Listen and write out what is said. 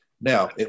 Now